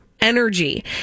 energy